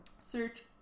Search